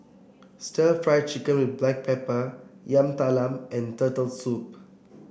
stir Fry Chicken with Black Pepper Yam Talam and Turtle Soup